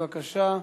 בבקשה.